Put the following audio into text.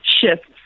shifts